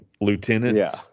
lieutenants